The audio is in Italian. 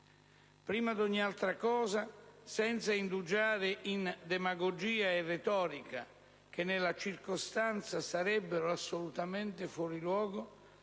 Prima di ogni altra cosa, senza indugiare in demagogia e retorica, che nella circostanza sarebbero assolutamente fuori luogo,